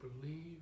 believe